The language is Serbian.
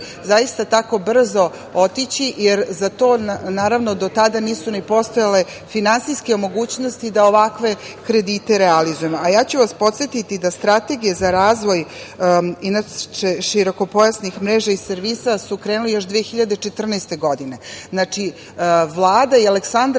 zaista tako brzo otići, jer do tada nisu ni postojale finansijske mogućnosti da ovakve kredite realizujemo. Podsetiću vas da strategije za razvoj širokopojasnih mreža i servisa su krenuli još 2014. godine. Znači, Vlada Aleksandra